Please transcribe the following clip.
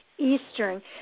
Eastern